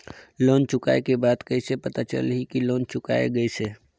Loan चुकाय के बाद कइसे पता चलही कि लोन चुकाय गिस है?